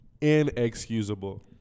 Inexcusable